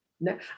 No